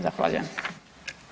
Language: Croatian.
Zahvaljujem.